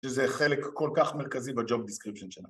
שזה חלק כל כך מרכזי ב-Job Description שלנו.